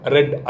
Red